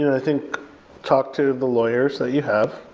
i think talk to the lawyers that you have.